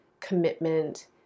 Commitment